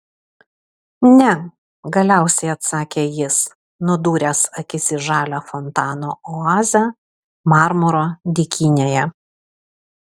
ne galiausiai atsakė jis nudūręs akis į žalią fontano oazę marmuro dykynėje